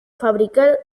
fabricar